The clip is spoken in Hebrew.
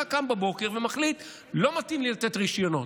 אתה קם בבוקר ומחליט: לא מתאים לי לתת רישיונות,